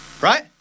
Right